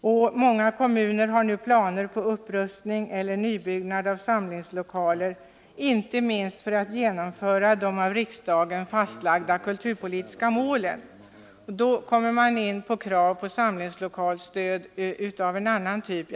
I många kommuner har man nu planer på upprustning eller nybyggnad av samlingslokaler — inte minst för att kunna förverkliga de av riksdagen fastlagda kulturpolitiska målen. Då kommer man in på krav på samlingslokalsstöd av en annan typ.